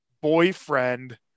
boyfriend